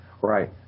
right